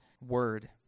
word